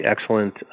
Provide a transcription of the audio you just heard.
excellent